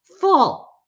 full